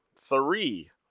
three